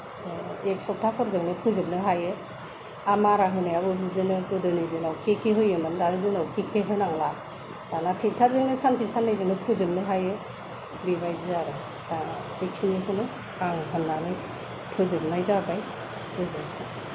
एक सप्ताहफोरजोंनो फोजोबनो हायो आरो मारा होनायाबो बिदिनो गोदोनि दिनाव खे खे होयोमोन दानि दिनाव खे खे होनांला दाना ट्रेक्टरजोंनो सानसे साननैजोंनो फोजोबनो हायो बेबायदि आरो दा बेखिनिखौनो आं होननानै फोजोबनाय जाबाय गोजोन्थों